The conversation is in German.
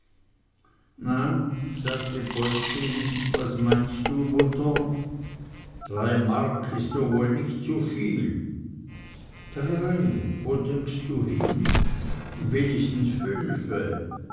na sagte polzin was meinst du mutter drei mark mehr is nu woll nich zuviel drei wo denkst du hin wenigstens fünfe